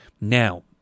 Now